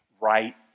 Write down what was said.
right